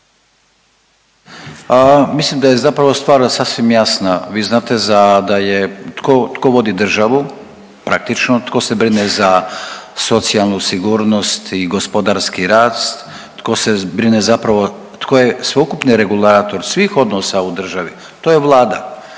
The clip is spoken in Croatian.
Mislim da je zapravo stvar sasvim jasna. Vi znate za, da je, tko, tko vodi državu praktično, tko se brine za socijalnu sigurnost i gospodarski rast, tko se brine zapravo, tko je sveukupni regulator svih odnosa u državi, to je Vlada.